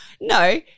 no